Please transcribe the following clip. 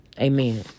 Amen